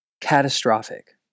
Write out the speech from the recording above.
catastrophic